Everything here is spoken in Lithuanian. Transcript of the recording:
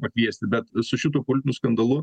pakviesti bet su šitu politiniu skandalu